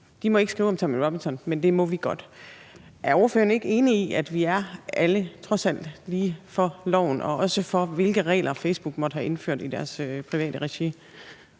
De må ikke skrive om Tommy Robinson, men det må vi godt. Er ordføreren ikke enig i, at vi trods alt alle er lige for loven og også for de regler, Facebook måtte have indført i deres private regi?